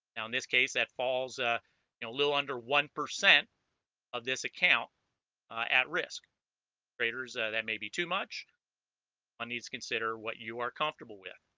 now in this case that falls a you know little under one percent of this account at risk craters that may be too much ah consider what you are comfortable with